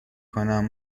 کنم